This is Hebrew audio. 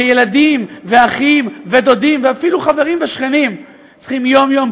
שילדים ואחים ודודים ואפילו חברים ושכנים צריכים יום-יום,